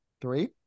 three